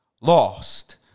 lost